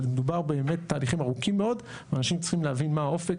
אבל מדובר באמת על תהליכים ארוכים מאוד ואנשים צריכים להבין מה האופק,